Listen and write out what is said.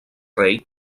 rei